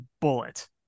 bullet